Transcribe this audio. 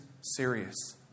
serious